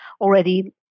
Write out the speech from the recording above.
already